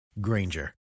Granger